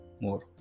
more